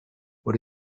what